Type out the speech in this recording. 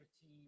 team